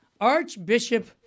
Archbishop